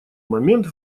момент